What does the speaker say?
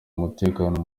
umutekano